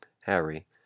Harry